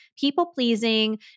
People-pleasing